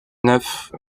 neuf